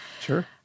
Sure